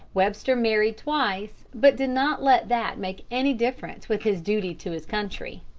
webster married twice, but did not let that make any difference with his duty to his country.